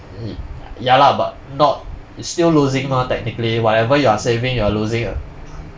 y~ ya lah but not it's still losing mah technically whatever you are saving you are losing ah